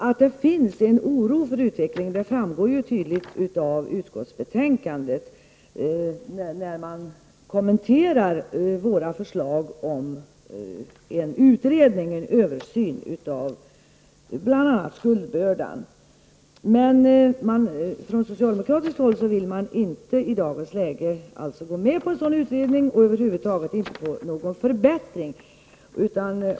Att det finns en oro för utvecklingen framgår tydligt av utskottsbetänkandet, där våra förslag om en översyn av bl.a. skuldbördan kommenteras. Men från socialdemokratiskt håll vill man i dagens läge inte gå med på en sådan utredning eller på någon förbättring över huvud taget.